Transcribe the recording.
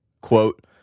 quote